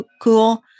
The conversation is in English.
cool